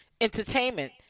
Entertainment